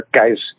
guys